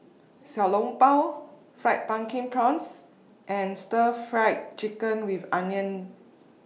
Xiao Long Bao Fried Pumpkin Prawns and Stir Fried Chicken with Onions